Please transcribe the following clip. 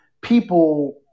people